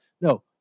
No